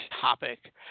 topic